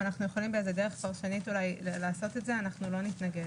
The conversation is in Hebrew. אם אנחנו יכולים באיזו דרך פרשנית אולי לעשות את זה אנחנו לא נתנגד.